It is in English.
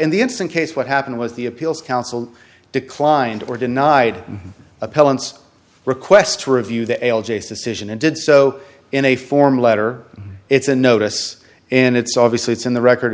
in the instant case what happened was the appeals council declined or denied appellants request to review the l j suspicion and did so in a form letter it's a notice and it's obviously it's in the record